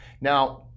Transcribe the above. Now